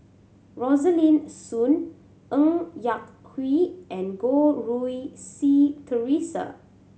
Rosaline Soon Ng Yak Whee and Goh Rui Si Theresa